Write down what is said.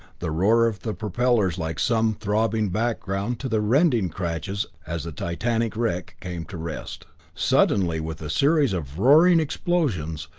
the roar of the propellers like some throbbing background to the rending crashes as the titanic wreck came to rest. suddenly, with a series of roaring explosions,